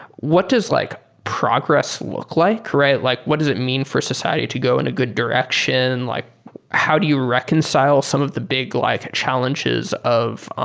what does like progress look like? like what does it mean for society to go in a good direction? like how do you reconcile some of the big like challenges of,